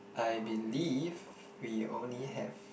I believe we only have